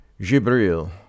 Jibril